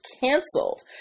canceled